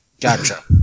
gotcha